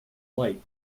light